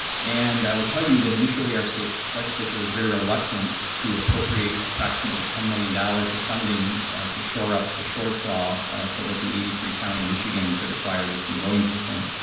and i will tell you that initially our state legislature was very reluctant to appropriate approximately ten million dollars of funding to shore up the short fall so that the eighty three counties in michigan could acquire this new voting system.